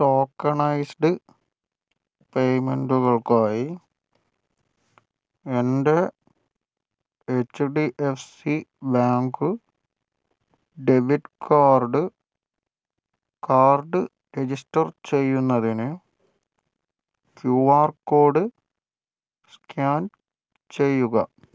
tokenised പേയ്മെൻ്റുകൾക്കായി എൻ്റെ H D F C bank debit card card register ചെയ്യുന്നതിന് Q R code scan ചെയ്യുക